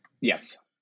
Yes